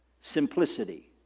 Simplicity